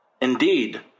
indeed